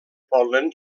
pol·len